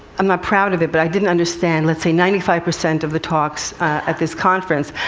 i'm not proud of it, but i didn't understand let's say ninety five percent of the talks at this conference.